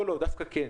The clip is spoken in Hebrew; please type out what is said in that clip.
דווקא כן,